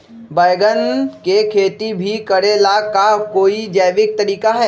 बैंगन के खेती भी करे ला का कोई जैविक तरीका है?